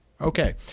Okay